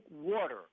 water